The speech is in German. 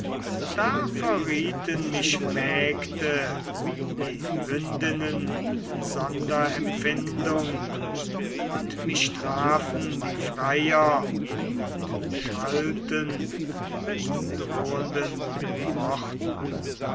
da verrieten mich mägde die hündinnen sonder empfindung und mich trafen die freier und schalten mit drohenden worten